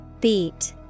Beat